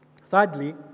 Thirdly